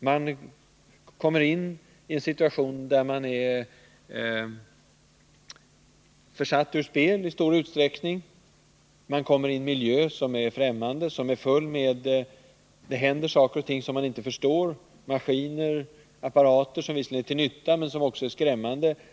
Man kommer till vården i en situation där man på något sätt är försatt ur spel till en miljö som är främmande, där det händer saker och ting som man inte förstår. Det är maskiner och apparater som visserligen är till nytta, men som också kan vara skrämmande.